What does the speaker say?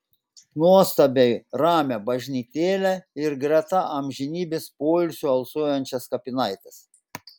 nuostabiai ramią bažnytėlę ir greta amžinybės poilsiu alsuojančias kapinaites